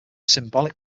symbolic